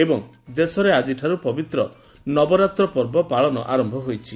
ଏବଂ ଦେଶରେ ଆଜିଠାରୁ ପବିତ୍ର ନବରାତ୍ର ପର୍ବ ପାଳନ ଆରମ୍ଭ ହୋଇଛି